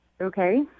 Okay